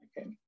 Okay